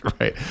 Right